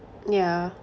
yeah